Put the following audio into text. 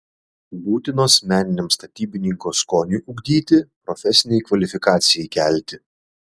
būtinos meniniam statybininko skoniui ugdyti profesinei kvalifikacijai kelti